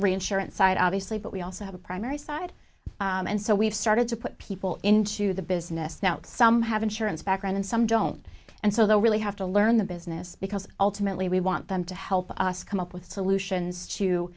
reinsurance side obviously but we also have a primary side and so we've started to put people into the business now some have insurance background and some don't and so the really have to learn the business because ultimately we want them to help us come up with solutions to